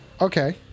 Okay